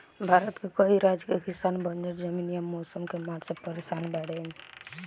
भारत के कई राज के किसान बंजर जमीन या मौसम के मार से परेसान बाड़ेन